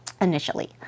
initially